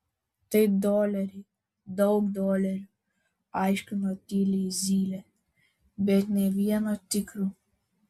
tai doleriai daug dolerių aiškino tyliai zylė bet nė vieno tikro